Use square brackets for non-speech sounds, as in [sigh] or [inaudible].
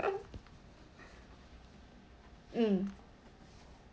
[laughs] mm